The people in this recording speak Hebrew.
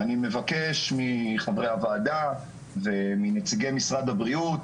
אני מבקש מחברי הוועדה ומנציגי משרד הבריאות,